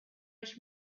rush